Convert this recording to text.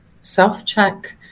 self-check